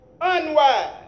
unwise